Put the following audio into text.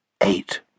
Eight